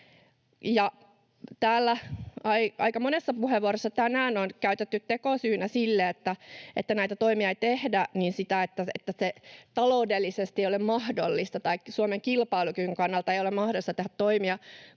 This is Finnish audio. Täällä aika monessa puheenvuorossa tänään on käytetty tekosyynä sille, että näitä toimia ei tehdä, sitä, että taloudellisesti ei ole mahdollista tai Suomen kilpailukyvyn kannalta ei ole mahdollista tehdä toimia,